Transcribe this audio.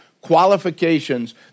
qualifications